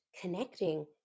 connecting